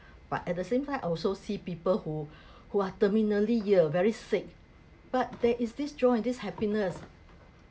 but at the same time I also see people who who are terminally ill very sick but there is this joy this happiness